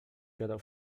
gadał